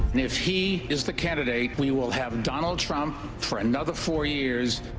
if he is the candidate, we will have donald trump for another four years.